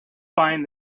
find